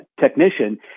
technician